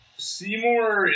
Seymour